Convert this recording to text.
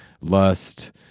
lust